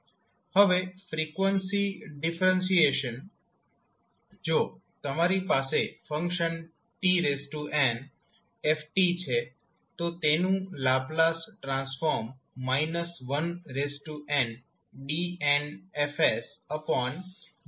હવે frequency differentiation જો તમારી પાસે ફંક્શન 𝑡𝑛𝑓𝑡 છે તો તેનું લાપ્લાસ ટ્રાન્સફોર્મ ndnFdsn હશે